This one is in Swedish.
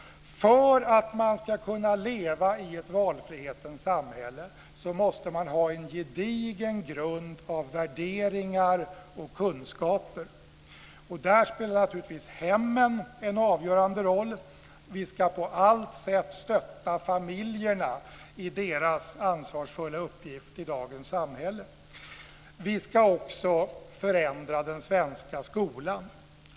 För att man ska kunna leva i ett valfrihetens samhälle måste man ha en gedigen grund av värderingar och kunskaper. Där spelar naturligtvis hemmen en avgörande roll. Vi ska på alla sätt stötta familjerna i deras ansvarsfulla uppgift i dagens samhälle. Vi ska också förändra den svenska skolan.